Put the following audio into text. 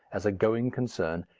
as a going concern,